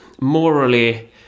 morally